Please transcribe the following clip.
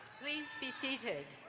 please be seated.